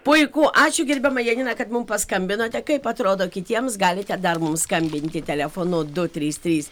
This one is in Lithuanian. puiku ačiū gerbiama janina kad mum paskambinote kaip atrodo kitiems galite dar mums skambinti telefonu du trys trys